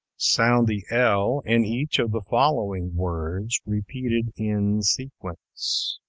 sound the l in each of the following words, repeated in sequence